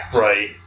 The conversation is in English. Right